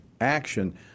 action